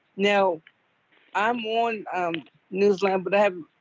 now i'm on um newsline but have